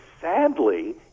sadly